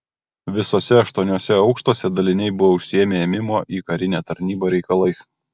visuose aštuoniuose aukštuose daliniai buvo užsiėmę ėmimo į karinę tarnybą reikalais